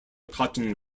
cotton